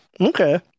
Okay